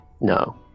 no